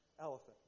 Elephant